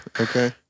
Okay